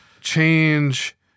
change